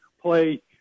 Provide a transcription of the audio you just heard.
play